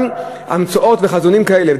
גם המצאות וחזונות כאלה,